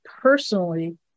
personally